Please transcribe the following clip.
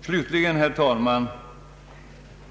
Slutligen, herr talman,